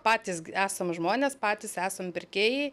patys gi esam žmonės patys esam pirkėjai